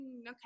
Okay